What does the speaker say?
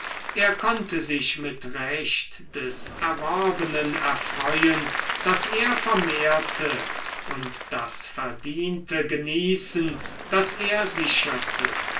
er konnte sich mit recht des erworbenen erfreuen das er vermehrte und das verdiente genießen das er sicherte